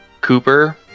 cooper